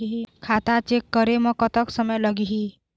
खाता चेक करे म कतक समय लगही?